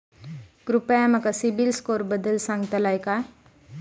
कृपया माका सिबिल स्कोअरबद्दल सांगताल का?